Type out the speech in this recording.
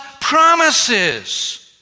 promises